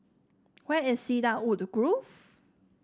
where is Cedarwood Grove